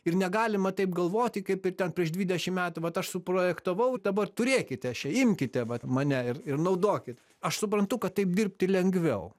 ir negalima taip galvoti kaip ir ten prieš dvidešim metų vat aš suprojektavau ir dabar turėkite še imkite vat mane ir ir naudokit aš suprantu kad taip dirbti lengviau